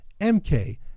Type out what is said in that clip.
MK